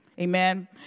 Amen